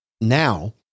now